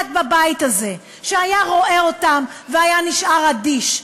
בבית הזה שהיה רואה אותם והיה נשאר אדיש,